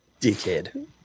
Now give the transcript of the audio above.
Dickhead